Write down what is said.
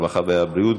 הרווחה והבריאות.